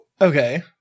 Okay